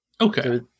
Okay